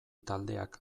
taldeak